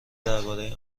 درباره